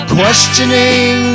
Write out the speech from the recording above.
questioning